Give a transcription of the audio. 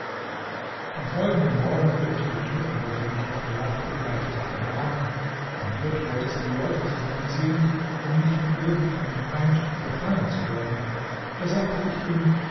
am folgenden morgen rückten die truppen welche mich auf die jagd begleitet hatten heran mein wirt wollte seine leute zusammenziehen um nicht von irgend einem feind überfallen zu werden da sagte ich ihm